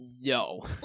Yo